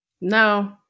No